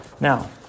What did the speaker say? Now